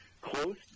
close